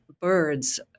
birds